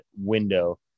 window